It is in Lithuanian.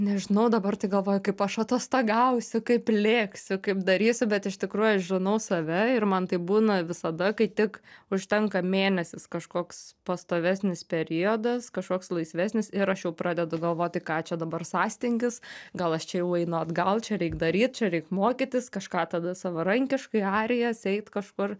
nežinau dabar tai galvoju kaip aš atostogausiu kaip lėksiu kaip darysiu bet iš tikrųjų aš žinau save ir man tai būna visada kai tik užtenka mėnesis kažkoks pastovesnis periodas kažkoks laisvesnis ir aš jau pradedu galvot tai ką čia dabar sąstingis gal aš čia jau einu atgal čia reik daryt reik mokytis kažką tada savarankiškai arijas eit kažkur